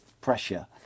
pressure